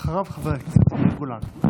אחריו, חבר הכנסת יאיר גולן.